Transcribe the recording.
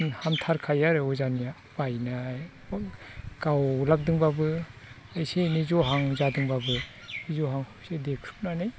हामथारखायो आरो अजानिया बायनाय गावलाबदोंबाबो एसे एनै जहां जादोंबाबो जहांखौसो देख्रुबनानै